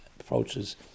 approaches